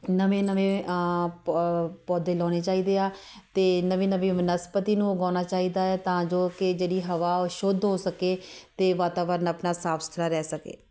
ਨਵੇਂ ਨਵੇਂ ਪ ਪੌਦੇ ਲਾਉਣੇ ਚਾਹੀਦੇ ਆ ਅਤੇ ਨਵੀਆਂ ਨਵੀਆਂ ਬਨਸਪਤੀ ਨੂੰ ਉਗਾਉਣਾ ਚਾਹੀਦਾ ਹੈ ਤਾਂ ਜੋ ਕਿ ਜਿਹੜੀ ਹਵਾ ਉਹ ਸ਼ੁੱਧ ਹੋ ਸਕੇ ਅਤੇ ਵਾਤਾਵਰਨ ਆਪਣਾ ਸਾਫ਼ ਸੁਥਰਾ ਰਹਿ ਸਕੇ